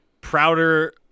prouder